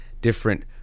different